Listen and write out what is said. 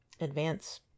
advance